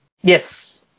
Yes